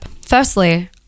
Firstly